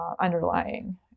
underlying